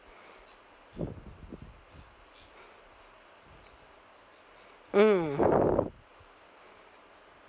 mm